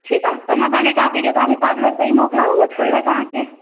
ठीकु आहे त मां पंहिंजे काके खे तव्हांजे पार्लर ताईं मोकिलियांव वठण लाइ तव्हांखे